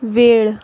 वेळ